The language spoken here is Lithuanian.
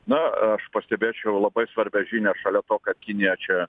na aš pastebėčiau labai svarbią žinią šalia to kad kinija čia